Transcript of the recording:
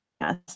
Yes